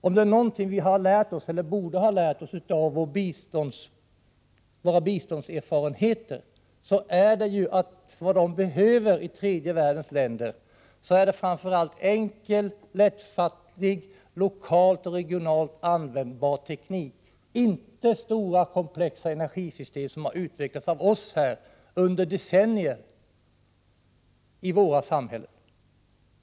Om det är något vi borde ha lärt oss av vårt biståndsarbete, så är det att vad de behöver i tredje världens länder är framför allt enkel, lättfattlig, lokalt och regionalt användbar teknik — inte stora komplexa energisystem, som har utvecklats under decennier i våra samhällen.